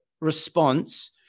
response